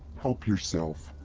help yourself.